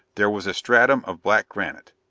there was a stratum of black granite,